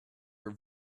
are